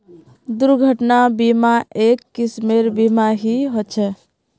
दुर्घटना बीमा, एक किस्मेर बीमा ही ह छे